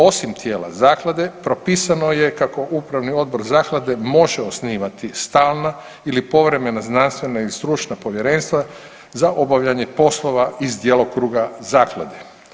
Osim tijela zaklade propisano je kako upravni odbor zaklade može osnivati stalna ili povremena, znanstvena ili stručna povjerenstva za obavljanje poslova iz djelokruga zaklade.